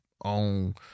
on